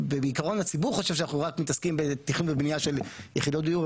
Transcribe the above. בעיקרון הציבור חושב שאנחנו מתעסקים רק בתכנון ובנייה של יחידות דיור,